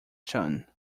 shan